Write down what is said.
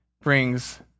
brings